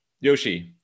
Yoshi